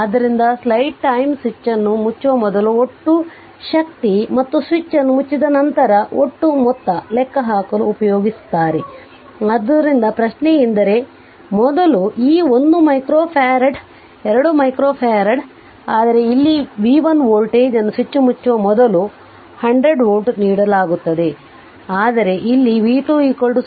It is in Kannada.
ಆದ್ದರಿಂದಸ್ಲೈಡ್ ಟೈಮ್ ಸ್ವಿಚ್ ಅನ್ನು ಮುಚ್ಚುವ ಮೊದಲು ಒಟ್ಟು ಶಕ್ತಿ ಮತ್ತು ಸ್ವಿಚ್ ಅನ್ನು ಮುಚ್ಚಿದ ನಂತರದ ಒಟ್ಟು ಮೊತ್ತ ಲೆಕ್ಕಹಾಕಲು ಉಪಯೋಗಿಸುತ್ತಾರೆ ಆದ್ದರಿಂದ ಪ್ರಶ್ನೆಯೆಂದರೆ ಮೊದಲು ಸ್ಲೈಡ್ ಟೈಮ್ ಈ 1 ಮೈಕ್ರೋಫ್ಯಾರಡ್ ಎರಡೂ 1 ಮೈಕ್ರೊಫ್ಯಾರಡ್ ಆದರೆ ಇಲ್ಲಿ v1 ವೋಲ್ಟೇಜ್ ಅನ್ನು ಸ್ವಿಚ್ ಮುಚ್ಚುವ ಮೊದಲು ಅದು 100 ವೋಲ್ಟ್ ನೀಡಲಾಗುತ್ತದೆ ಆದರೆ ಇಲ್ಲಿv2 0